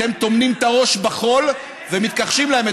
אתם טומנים את הראש בחול ומתכחשים לאמת.